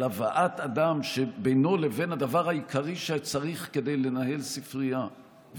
על הבאת אדם שבינו לבין הדבר העיקרי שצריך כדי לנהל ספרייה,